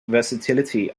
versatility